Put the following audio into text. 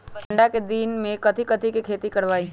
ठंडा के दिन में कथी कथी की खेती करवाई?